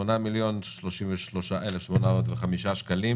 8,033,805 שקלים.